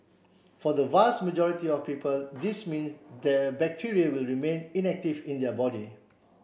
for the vast majority of people this means the bacteria will remain inactive in their body